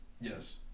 Yes